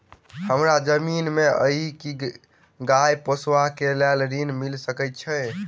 हमरा जमीन नै अई की गाय पोसअ केँ लेल ऋण मिल सकैत अई?